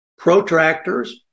protractors